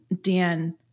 Dan